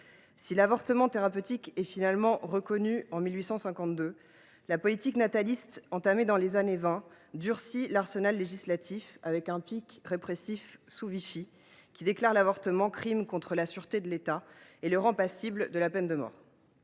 Si l’avortement thérapeutique est finalement reconnu en 1852, la politique nataliste engagée dans les années 1920 durcit l’arsenal législatif. En la matière, le pic répressif est atteint sous le régime de Vichy, qui déclare l’avortement « crime contre la sûreté de l’État » et le rend passible de la peine de mort.